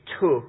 took